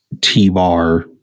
T-Bar